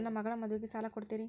ನನ್ನ ಮಗಳ ಮದುವಿಗೆ ಸಾಲ ಕೊಡ್ತೇರಿ?